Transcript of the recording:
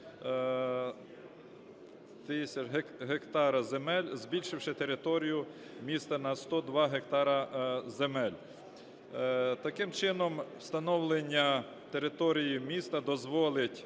тисяч гектарів земель збільшивши територію міста на 102 гектари земель. Таким чином встановлення території міста дозволить